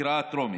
בקריאה הטרומית.